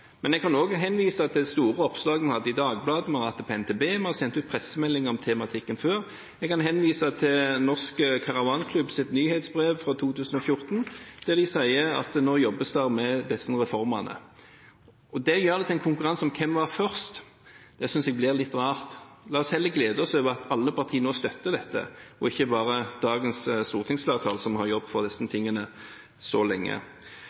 Men jeg kan også henvise til store oppslag vi hadde i Dagbladet, vi har hatt det på NTB, og vi har sendt ut pressmelding om tematikken før. Jeg kan henvise til Norsk Bobil og Caravan Club sitt nyhetsbrev fra 2014, der de sier at det nå jobbes med disse reformene. Det å gjøre det til en konkurranse om hvem som var først, synes jeg blir litt rart. La oss heller glede oss over at alle partier nå støtter dette og ikke bare dagens stortingsflertall, som har jobbet for disse tingene så lenge.